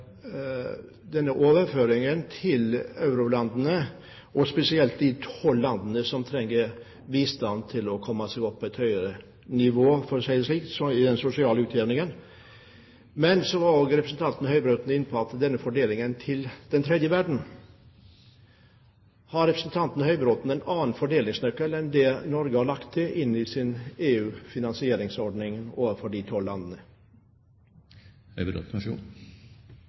denne overføringen til eurolandene, og spesielt de tolv landene som trenger bistand for å komme seg opp på et høyere nivå – for å si det slik – når det gjelder sosial utjevning. Men representanten Høybråten var òg inne på fordelingen til den tredje verden. Har representanten Høybråten en annen fordelingsnøkkel enn det Norge har lagt inn i sin EU-finansieringsordning overfor de tolv landene?